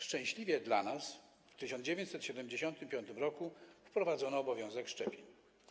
Szczęśliwie dla nas w 1975 r. wprowadzono obowiązek szczepień.